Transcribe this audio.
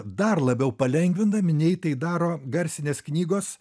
dar labiau palengvindami nei tai daro garsinės knygos